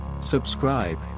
Subscribe